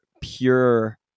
pure